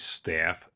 staff